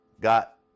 got